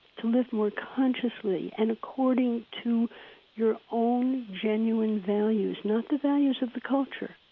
to live more consciously and according to your own genuine values, not the values of the culture.